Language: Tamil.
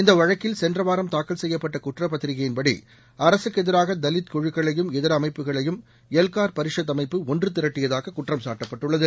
இந்த வழக்கில் சென்ற வாரம் தாக்கல் செய்யப்பட்ட குற்றப்பத்திரிகையின்படி அரசுக்கு எதிராக தவித் குழுக்களையும் இதர அமைப்புகளையும் எல்கார் பரிஷத் அமைப்பு ஒன்று திரட்டியதாக குற்றம்சாட்டப்பட்டுள்ளது